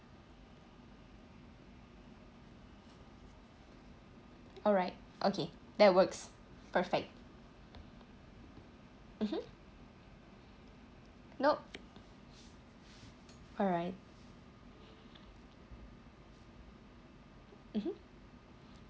alright okay that works perfect mmhmm nope alright mmhmm